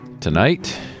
tonight